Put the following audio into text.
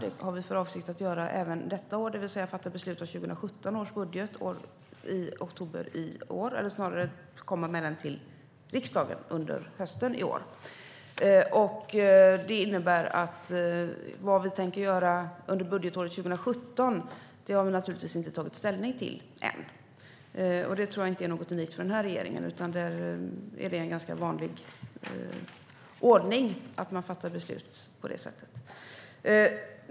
Det har vi för avsikt att göra även detta år, det vill säga komma med förslag om 2017 års budget till riksdagen under hösten i år. Det innebär att vad vi tänker göra under budgetåret 2017 har vi naturligtvis inte tagit ställning till än. Det tror jag inte är något unikt för den här regeringen, utan det är en ganska vanlig ordning att man fattar beslut på det sättet.